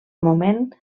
moment